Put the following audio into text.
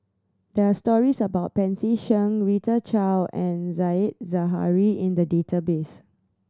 there are stories about Pancy Seng Rita Chao and Said Zahari in the database